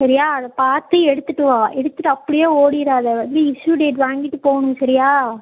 சரியா அதை பார்த்து எடுத்துட்டு வா எடுத்துட்டு அப்படியே ஓடிடாதே வந்து இஸ்யூ டேட் வாங்கிட்டு போகணும் சரியா